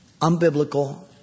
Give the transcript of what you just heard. unbiblical